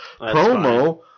promo